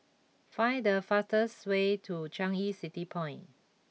find the fastest way to Changi City Point